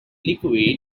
liquid